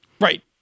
Right